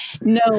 No